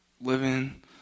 living